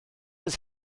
oes